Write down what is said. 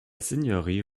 seigneurie